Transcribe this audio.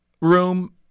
room